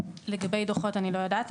לגבי דוחות אני לא יודעת,